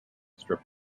strip